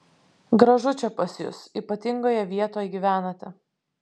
gražu čia pas jus ypatingoje vietoj gyvenate